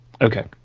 Okay